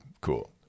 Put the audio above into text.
cool